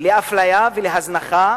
לאפליה ולהזנחה